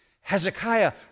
Hezekiah